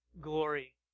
glory